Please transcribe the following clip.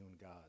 God